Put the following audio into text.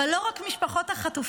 אבל לא רק ממשפחות החטופים,